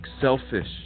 selfish